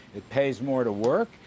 it pays more to work,